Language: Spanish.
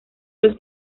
los